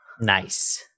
Nice